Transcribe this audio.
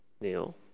Neil